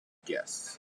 guests